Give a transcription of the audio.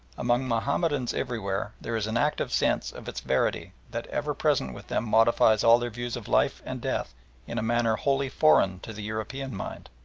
among mahomedans everywhere there is an active sense of its verity that ever present with them modifies all their views of life and death in a manner wholly foreign to the european mind.